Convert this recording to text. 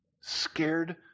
Scared